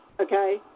okay